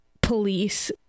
police